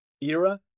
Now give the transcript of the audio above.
era